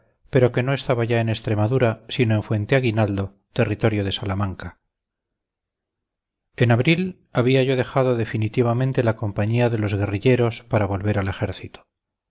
pero que no estaba ya en extremadura sino en fuente aguinaldo territorio de salamanca en abril había yo dejado definitivamente la compañía de los guerrilleros para volver al ejército